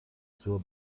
zur